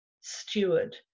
steward